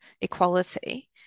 Equality